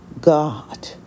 God